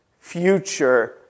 future